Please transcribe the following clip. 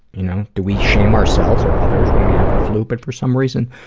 you know? do we shame ourselves or others when we have the flu? but for some reason,